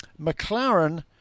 McLaren